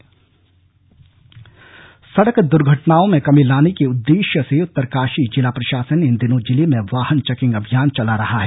अभियान सड़क दुर्घटनाओं में कमी लाने के उद्दे य से उत्तरका ी जिला प्र ासन इन दिनों जिले में वाहन चैकिंग अभियान चला रहा है